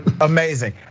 Amazing